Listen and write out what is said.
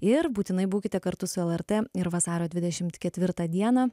ir būtinai būkite kartu su el er t ir vasario dvidešimt ketvirtą dieną